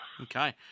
Okay